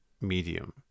medium